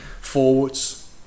forwards